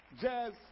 Jazz